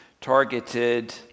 targeted